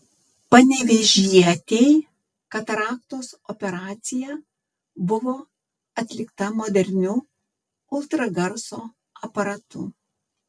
panevėžietei kataraktos operacija buvo atlikta moderniu ultragarso aparatu